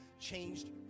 changed